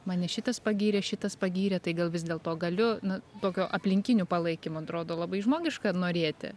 mane šitas pagyrė šitas pagyrė tai gal vis dėlto galiu nu tokio aplinkinių palaikymo atrodo labai žmogiška norėti